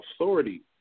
authority